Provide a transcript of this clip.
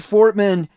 Fortman